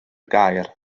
gaer